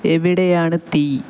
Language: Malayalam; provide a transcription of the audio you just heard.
എവിടെയാണ് തീ